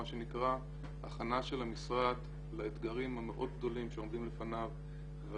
הכנה של המשרד לאתגרים המאוד גדולים שעומדים לפניו,